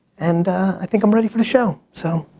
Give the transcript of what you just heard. and i think i'm ready for the show. so,